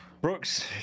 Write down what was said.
Brooks